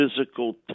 physical